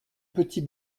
petit